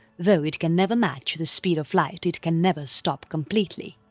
though it can never match the speed of light it can never stop completely.